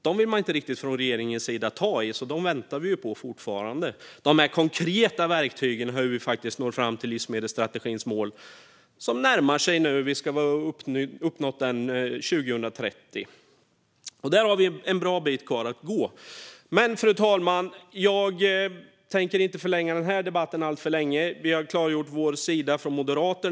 Dem vill man från regeringens sida inte riktigt ta i, så dem väntar vi fortfarande på. När det gäller de konkreta verktygen för hur vi faktiskt når fram till livsmedelsstrategins mål, som nu närmar sig - vi ska ha uppnått dem 2030 - har vi en bra bit kvar att gå. Fru talman! Jag tänker inte förlänga den här debatten alltför mycket. Vi har från Moderaternas sida klargjort vår syn.